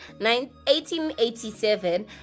1887